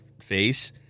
face